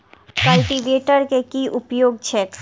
Cultivator केँ की उपयोग छैक?